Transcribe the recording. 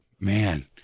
Man